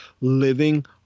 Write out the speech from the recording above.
living